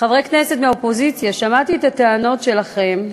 חברי הכנסת מהאופוזיציה, שמעתי את הטענות שלכם,